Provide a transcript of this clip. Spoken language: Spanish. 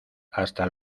hasta